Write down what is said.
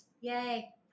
Yay